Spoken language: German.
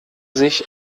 sich